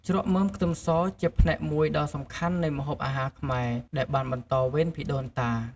ជ្រក់មើមខ្ទឹមសជាផ្នែកមួយដ៏សំខាន់នៃម្ហូបអាហារខ្មែរ ដែលបានបន្តវេនពីដូនតា។